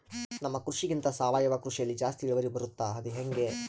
ನಮ್ಮ ಕೃಷಿಗಿಂತ ಸಾವಯವ ಕೃಷಿಯಲ್ಲಿ ಜಾಸ್ತಿ ಇಳುವರಿ ಬರುತ್ತಾ ಅದು ಹೆಂಗೆ?